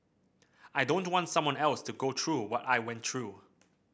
I don't want someone else to go through what I went through